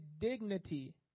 dignity